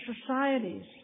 societies